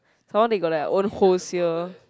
some more they got like own whole sale